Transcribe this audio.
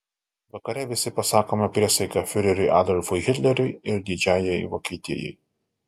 vakare visi pasakome priesaiką fiureriui adolfui hitleriui ir didžiajai vokietijai